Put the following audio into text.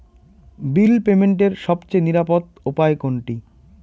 বিল পেমেন্টের সবচেয়ে নিরাপদ উপায় কোনটি?